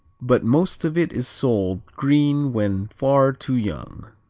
but most of it is sold green when far too young.